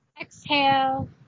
Exhale